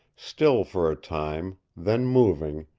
still for a time, then moving,